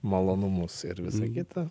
malonumus ir visa kita